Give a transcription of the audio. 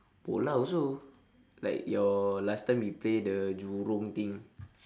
bola also like your last time you play the jurong thing